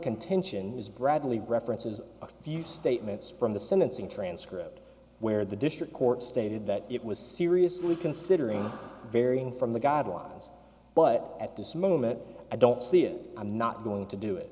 contention is bradley references a few statements from the sentencing transcript where the district court stated that it was seriously considering varying from the guidelines but at this moment i don't see it i'm not going to do it